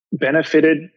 benefited